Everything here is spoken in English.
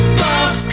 boss